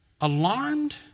alarmed